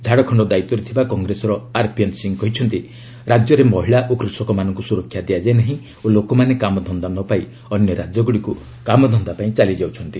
ଝାଡ଼ଖଣ୍ଡ ଦାୟିତ୍ୱରେ ଥିବା କଂଗ୍ରେସର ଆର୍ପିଏନ୍ ସିଂହ କହିଛନ୍ତି ରାଜ୍ୟରେ ମହିଳା ଓ କୃଷକମାନଙ୍କୁ ସୁରକ୍ଷା ଦିଆଯାଇ ନାହିଁ ଓ ଲୋକମାନେ କାମଧନ୍ଦା ନ ପାଇ ଅନ୍ୟ ରାଜ୍ୟଗୁଡ଼ିକୁ କାମଧନ୍ଦା ପାଇଁ ଚାଲିଯାଉଛନ୍ତି